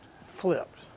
flipped